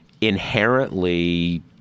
inherently –